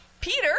Peter